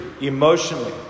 emotionally